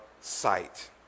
sight